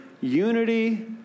Unity